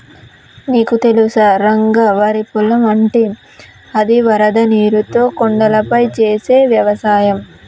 నీకు తెలుసా రంగ వరి పొలం అంటే అది వరద నీరుతో కొండలపై చేసే వ్యవసాయం